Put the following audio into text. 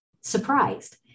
surprised